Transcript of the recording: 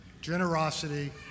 generosity